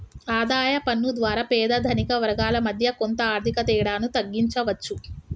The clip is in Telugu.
ఆదాయ పన్ను ద్వారా పేద ధనిక వర్గాల మధ్య కొంత ఆర్థిక తేడాను తగ్గించవచ్చు